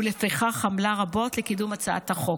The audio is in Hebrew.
ולפיכך עמלה רבות לקידום הצעת החוק.